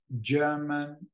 German